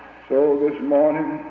so this morning,